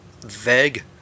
vague